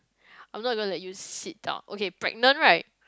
I'm not gonna let you sit down okay pregnant right